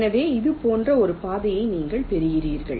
எனவே இது போன்ற ஒரு பாதையை நீங்கள் பெறுவீர்கள்